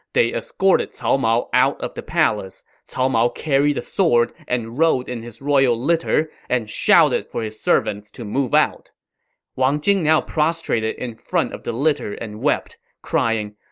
they escorted cao mao out of the palace. cao mao carried a sword and rode in his royal litter, and shouted for his servants to move out wang jing now prostrated in front of the litter and wept, crying,